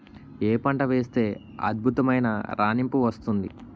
ఏ పంట వేస్తే అద్భుతమైన రాణింపు వస్తుంది?